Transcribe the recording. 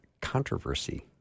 controversy